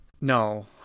No